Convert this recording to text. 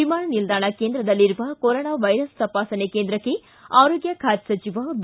ವಿಮಾನ ನಿಲ್ದಾಣ ಕೇಂದ್ರದಲ್ಲಿರುವ ಕೊರೊನಾ ವೈರಸ್ ತಪಾಸಣೆ ಕೇಂದ್ರಕ್ಕೆ ಆರೋಗ್ಯ ಖಾತೆ ಸಚಿವ ಬಿ